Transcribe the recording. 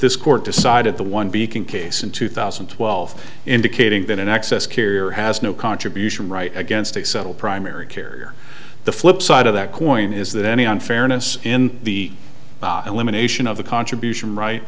this court decided the one beacon case in two thousand and twelve indicating in an access carrier has no contribution right against a social primary carrier the flip side of that coin is that any unfairness in the elimination of the contribution right